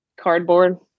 Cardboard